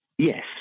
Yes